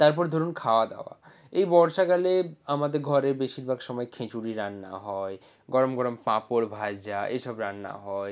তারপর ধরুন খাওয়া দাওয়া এই বর্ষাকালে আমাদের ঘরে বেশিরভাগ সময় খিচুড়ি রান্না হয় গরম গরম পাঁপড় ভাজা এই সব রান্না হয়